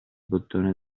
bottone